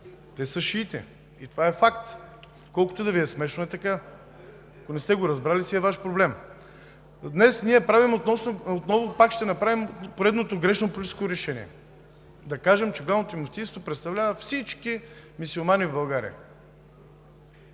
Те са шиити и това е факт – колкото и да Ви е смешно, е така. Ако не сте го разбрали, си е Ваш проблем. Днес ние отново пак ще направим поредното грешно политическо решение – да кажем, че Главното мюфтийство представлява всички мюсюлмани в България,